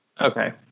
Okay